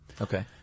Okay